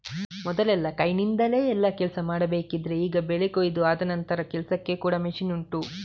ಮೊದಲೆಲ್ಲ ಕೈನಿಂದಾನೆ ಎಲ್ಲಾ ಕೆಲ್ಸ ಮಾಡ್ಬೇಕಿದ್ರೆ ಈಗ ಬೆಳೆ ಕೊಯಿದು ಆದ ನಂತ್ರದ ಕೆಲ್ಸಕ್ಕೆ ಕೂಡಾ ಮಷೀನ್ ಉಂಟು